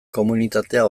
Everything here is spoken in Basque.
komunitatea